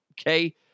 okay